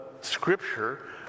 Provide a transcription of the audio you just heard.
scripture